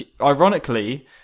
Ironically